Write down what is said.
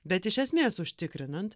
bet iš esmės užtikrinant